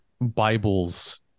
Bible's